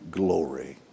glory